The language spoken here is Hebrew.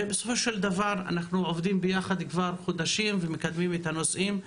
ובסופו של דבר אנחנו עובדים יחד חודשים ומקדמים את הנושאים.